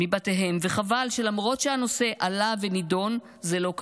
וחבל שלמרות שהנושא עלה ונדון, זה לא קרה.